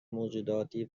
موجوداتی